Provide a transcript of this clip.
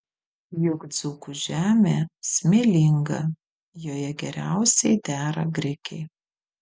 juk dzūkų žemė smėlinga joje geriausiai dera grikiai